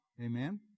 Amen